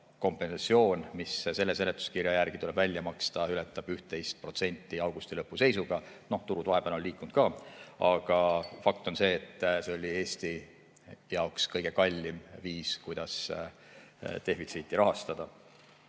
kompensatsioon, mis selle seletuskirja järgi tuleb välja maksta, ületab 11% augusti lõpu seisuga. Turud vahepeal on liikunud ka, aga fakt on see, et see oli Eesti jaoks kõige kallim viis, kuidas defitsiiti rahastada.